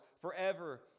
forever